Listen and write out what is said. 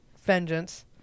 Vengeance